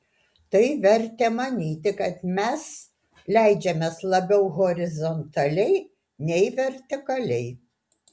tai vertė manyti kad mes leidžiamės labiau horizontaliai nei vertikaliai